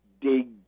dig